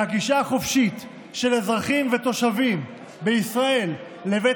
הגישה החופשית של האזרחים והתושבים בישראל לבית